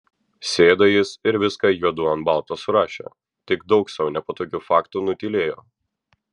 sėdo jis ir viską juodu ant balto surašė tik daug sau nepatogių faktų nutylėjo